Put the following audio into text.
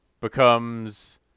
becomes